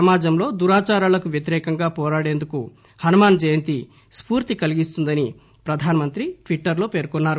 సమాజంలో దురాచారాలకు వ్యతిరేకంగా పోరాడేందుకు హనుమాన్ జయంతి స్పూర్తి కలిగిస్తుందని ప్రధాన మంత్రి ట్విటర్ లో పేర్కొన్నారు